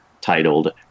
titled